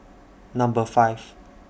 Number five